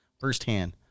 firsthand